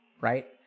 right